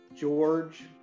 George